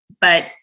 but-